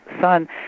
son